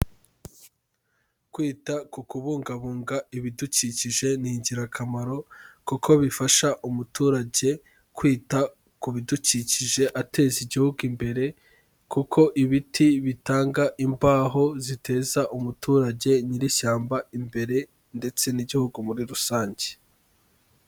Kwita ku kubungabunga ibidukikije ni ingirakamaro kuko bifasha umuturage kwita ku bidukikije ateza Igihugu imbere kuko ibiti bitanga imbaho ziteza umuturage nyir'ishyamba imbere ndetse n'Igihugu muri rusange.